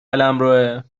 قلمروه